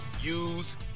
use